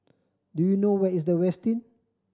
do you know where is The Westin